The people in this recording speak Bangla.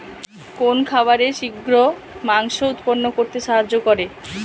কোন খাবারে শিঘ্র মাংস উৎপন্ন করতে সাহায্য করে?